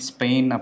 Spain